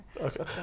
okay